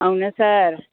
అవునా సార్